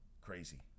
Crazy